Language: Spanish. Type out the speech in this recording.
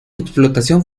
explotación